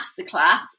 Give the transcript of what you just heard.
masterclass